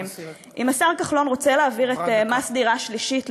אם השר כחלון רוצה להעביר את מס דירה שלישית למשל,